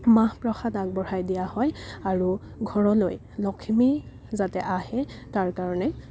মাহ প্ৰসাদ আগবঢ়াই দিয়া হয় আৰু ঘৰলৈ লখিমী যাতে আহে তাৰ কাৰণে